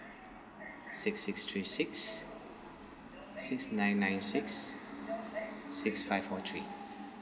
six six three six six nine nine six six five four three